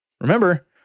Remember